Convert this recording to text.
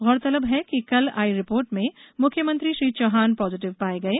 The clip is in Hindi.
गौरतलब है कि कल आई रिपोर्ट में मुख्यमंत्री श्री चौहान पॉजिटिव पाये गये